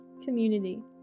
Community